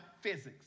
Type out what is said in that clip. physics